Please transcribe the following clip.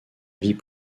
vie